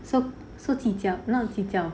so so 计较那计较